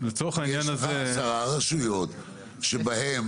יש עשר רשויות שבהן